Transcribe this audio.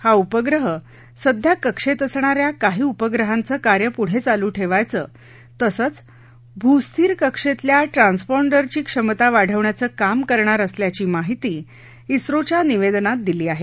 हा उपग्रह सध्या कक्षेत असणा या काही उपग्रहांचं कार्य पूढे चालू ठेवायचं तसंच भूस्थिर कक्षेतल्या ट्रान्स्पाँडरची क्षमता वाढवण्याचं काम करणार असल्याची माहिती इस्रोच्या निवेदनात दिली आहे